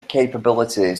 capability